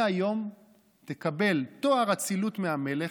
מהיום תקבל תואר אצילות מהמלך,